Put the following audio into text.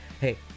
hey